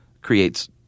creates